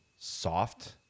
soft